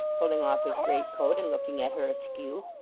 pulling off his greatcoat, and looking at her askew.